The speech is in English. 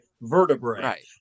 vertebrae